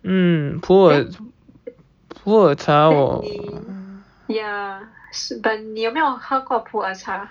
then then 你 ya but 你有没有喝过普洱茶